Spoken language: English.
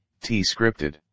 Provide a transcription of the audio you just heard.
T-scripted